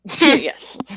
Yes